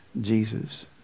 Jesus